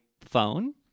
phone